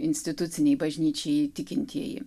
institucinei bažnyčiai tikintieji